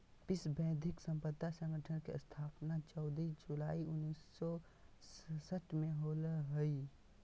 विश्व बौद्धिक संपदा संगठन के स्थापना चौदह जुलाई उननिस सो सरसठ में होलय हइ